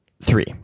Three